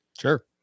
Sure